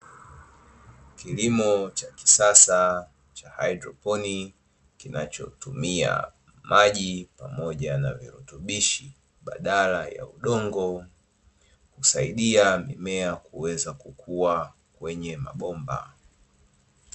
Kilimo cha kisasa cha haidroponi, kinachotumia maji pamoja na virutubishi badala ya udongo, husaidia mmea kuweza kukua kwenye mabomba.